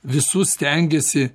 visus stengiasi